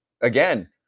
again